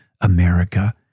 America